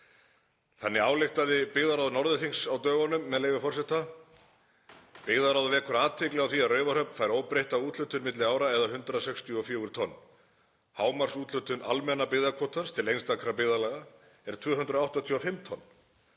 Þannig ályktaði byggðarráð Norðurþings á dögunum, með leyfi forseta: „Byggðarráð vekur athygli á því að Raufarhöfn fær óbreytta úthlutun á milli ára eða 164 tonn, hámarksúthlutun almenna byggðakvótans til einstaka byggðarlaga er 285 tonn.